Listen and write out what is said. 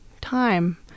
time